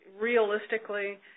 realistically